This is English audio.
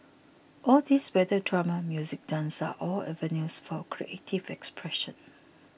all these whether drama music dance are all avenues for creative expression